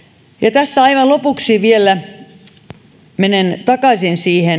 tässä aivan lopuksi vielä menen takaisin